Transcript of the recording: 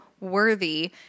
worthy